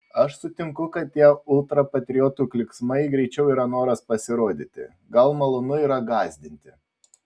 aš sutinku kad tie ultrapatriotų klyksmai greičiau yra noras pasirodyti gal malonu yra gąsdinti